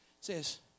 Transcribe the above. says